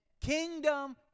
Kingdom